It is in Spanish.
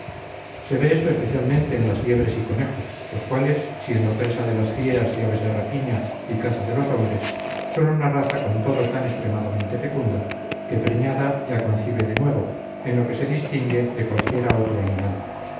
se ve esto especialmente en las liebres y conejos los cuales siendo presa de las fieras y aves de rapiña y caza de los hombres son una raza con todo tan extremadamente fecunda que preñada ya concibe de nuevo en lo que se distingue de cualquiera otro animal